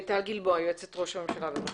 טל גלבוע, יועצת ראש הממשלה, בבקשה.